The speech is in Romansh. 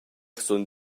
sun